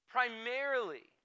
Primarily